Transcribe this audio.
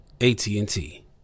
AT&T